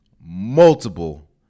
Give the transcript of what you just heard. multiple